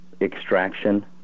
extraction